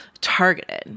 targeted